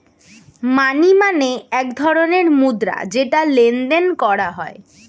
মানি মানে এক ধরণের মুদ্রা যেটা লেনদেন করা হয়